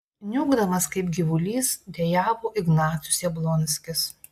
niūkdamas kaip gyvulys dejavo ignacius jablonskis